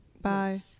Bye